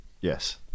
Yes